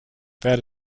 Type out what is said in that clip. that